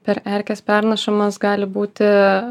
per erkes pernešamas gali būti